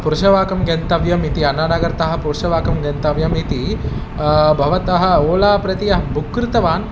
पुरुशवाकं गन्तव्यम् इति अन्नानगर्तः पुरुशवाकं गन्तव्यम् इति भवतः ओला प्रति अहं बुक् कृतवान्